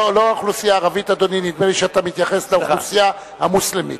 נדמה לי שאתה מתייחס לאוכלוסייה המוסלמית.